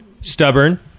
Stubborn